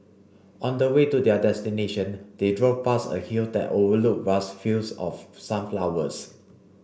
on the way to their destination they drove past a hill that overlooked vast fields of sunflowers